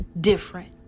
different